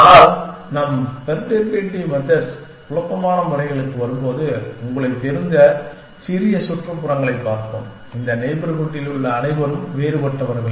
ஆனால் நம் perturbative methods குழப்பமான முறைகளுக்கு வரும்போது உங்களுக்குத் தெரிந்த சிறிய சுற்றுப்புறங்களைப் பார்ப்போம் இந்த நெய்பர்ஹூட்டிலுள்ள அனைவரும் வேறுபட்டவர்கள்